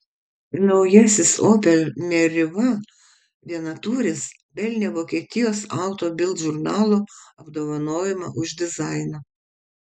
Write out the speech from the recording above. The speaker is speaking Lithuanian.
naujasis opel meriva vienatūris pelnė vokietijos auto bild žurnalo apdovanojimą už dizainą